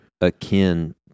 akin